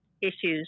issues